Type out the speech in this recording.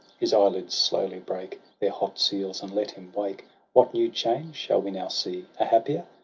his eyelids slowly break their hot seals, and let him wake what new change shall we now see? a happier?